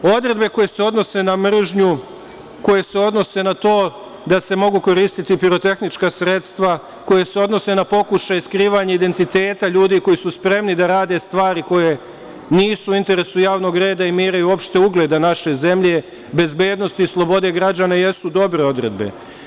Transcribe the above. Odredbe koje se odnose na mržnju, koje se odnose na to da se mogu koristiti pirotehnička sredstva, koja se odnose na pokušaje skrivanja identiteta ljudi koji su spremni da rade stvari koje nisu u interesu javnog reda i mira, i uopšte ugleda naše zemlje, bezbednosti i slobode građana, jesu dobre odredbe.